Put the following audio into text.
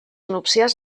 núpcies